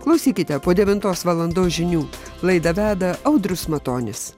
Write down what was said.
klausykite po devintos valandos žinių laidą veda audrius matonis